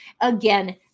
Again